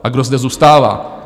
A kdo zde zůstává?